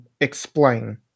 explain